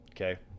okay